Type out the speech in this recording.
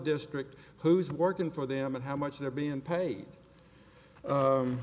district who's working for them and how much they're being paid